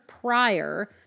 prior